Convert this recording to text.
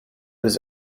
his